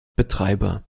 betreiber